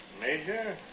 Major